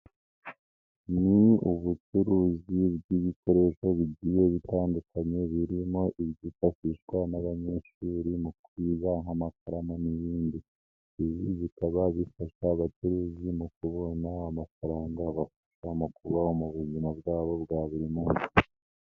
Ni ubucuruzi bw'ibikoresho bigiye bitandukanye, birimo ibyifashishwa n'abanyeshuri mu kwiba nk'amakaramu n'ibindi. Ibi bikaba bifasha abacuruzi mu kubona amafaranga abafasha mu kubaho mu buzima bwabo bwa buri munsi.